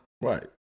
Right